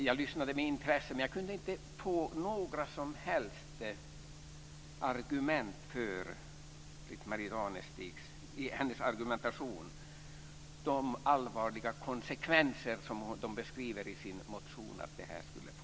Jag lyssnade med intresse men jag kunde inte finna några som helst argument i Britt-Marie Danestigs anförande för de allvarliga konsekvenser som de beskriver i sin motion att det här skulle få.